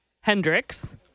Hendricks